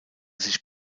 sich